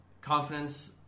confidence